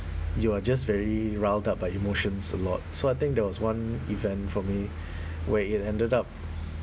you are just very riled up by emotions a lot so I think there was one event for me where it ended up